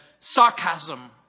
sarcasm